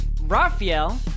Raphael